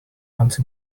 once